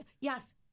yes